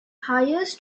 hires